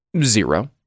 Zero